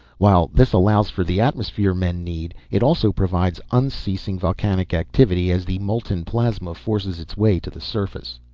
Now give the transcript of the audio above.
while this allows for the atmosphere men need, it also provides unceasing volcanic activity as the molten plasma forces its way to the surface.